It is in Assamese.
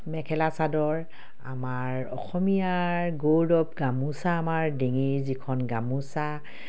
মেখেলা চাদৰ আমাৰ অসমীয়াৰ গৌৰৱ গামোচা আমাৰ ডিঙিৰ যিখন গামোচা